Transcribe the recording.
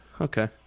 Okay